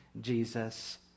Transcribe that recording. jesus